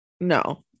No